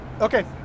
Okay